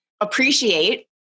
appreciate